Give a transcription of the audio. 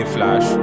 Flash